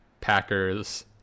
Packers